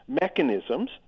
mechanisms